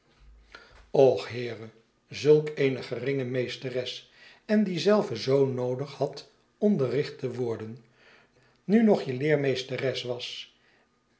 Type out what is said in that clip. och heere zulk eene geringe meesteres en die zelve zoo noodig had onderricht te worden nu nog je leermeesteres was